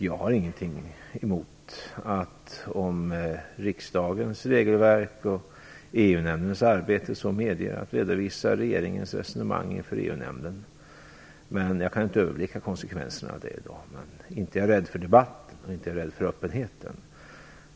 Jag har inget emot att, om riksdagens regelverk och EU-nämndens arbete så medger, redovisa regeringens resonemang inför EU-nämnden. Jag kan inte överblicka konsekvenserna i dag, men inte är jag rädd för en debatt och inte heller för öppenheten.